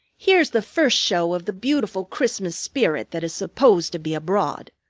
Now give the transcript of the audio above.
here's the first show of the beautiful christmas spirit that is supposed to be abroad.